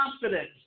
confidence